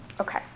Okay